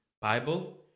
bible